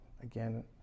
again